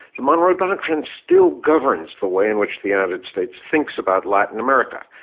the monroe doctrine still governs the way in which the united states thinks about latin america.